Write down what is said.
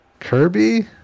Kirby